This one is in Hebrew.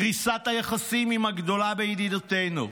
קריסת היחסים עם הגדולה בידידותינו.